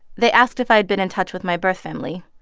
they asked if i'd been in touch with my birth family.